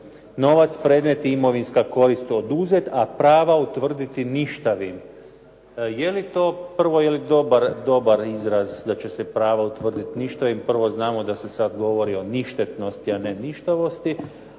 novac predmet i imovinska korist oduzeti, a prava utvrditi ništavim. Je li to, prvo je li dobar izraz da će se pravo utvrditi ništavim. Prvo, znamo da se sad govori o ništetnosti, a ne ništavosti,